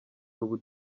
ubu